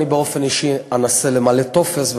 אני באופן אישי אנסה למלא טופס,